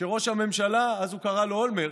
שראש הממשלה, אז הוא קרא לו אולמרט,